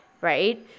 right